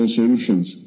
solutions